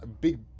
big